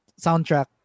soundtrack